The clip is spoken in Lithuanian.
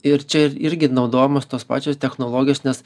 ir čia ir irgi naudojamos tos pačios technologijos nes